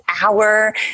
hour